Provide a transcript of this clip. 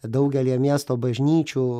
daugelyje miesto bažnyčių